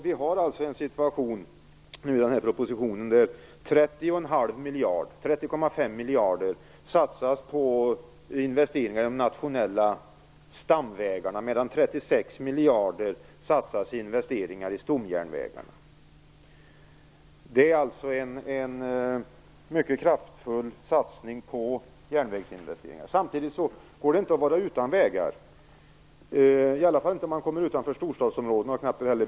Vi har alltså en situation där 30,5 miljarder satsas på investeringar i de nationella stamvägarna, medan 36 miljarder satsas på investeringar i stomjärnvägarna. Det är alltså en mycket kraftfull satsning på järnvägen. Samtidigt går det inte att vara utan vägar, i alla fall inte om man kommer utanför storstadsområden.